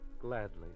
Gladly